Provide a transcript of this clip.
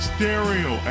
Stereo